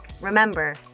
remember